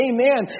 Amen